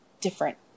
different